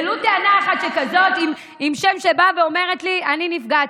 ולו טענה אחת שכזאת עם שם שאומרת לי: אני נפגעתי.